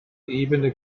ebene